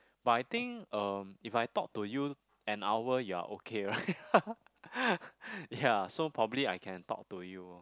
but I think um if I talk to you an hour you're okay right ya so probably I can talk to you orh